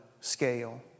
scale